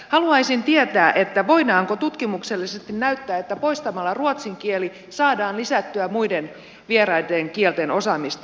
haluaisin tietää voidaanko tutkimuksellisesti näyttää että poistamalla ruotsin kieli saadaan lisättyä muiden vieraiden kielten osaamista